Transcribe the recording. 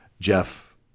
Jeff